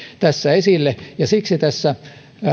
tässä esille ja siksi tässä